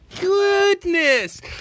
goodness